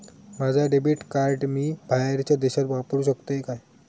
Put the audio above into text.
माझा debit card मी बाहेरच्या देशात वापरू शकतय काय?